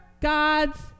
God's